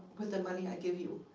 with the money i give you,